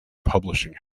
publishing